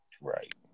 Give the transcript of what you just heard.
Right